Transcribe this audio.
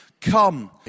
come